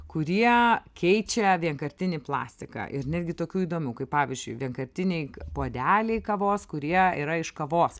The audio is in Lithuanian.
kurie keičia vienkartinį plastiką ir netgi tokių įdomių kaip pavyzdžiui vienkartiniai puodeliai kavos kurie yra iš kavos